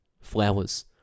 Flowers